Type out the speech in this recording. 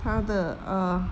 它的 err